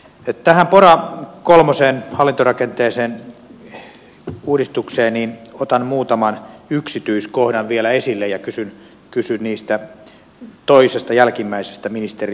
tästä pora kolmosesta hallintorakenteen uudistuksesta otan muutaman yksityiskohdan vielä esille ja kysyn niistä toisesta jälkimmäisestä ministeriltä